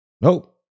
Nope